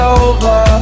over